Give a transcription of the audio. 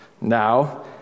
Now